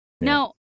Now